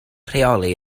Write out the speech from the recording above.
rheoli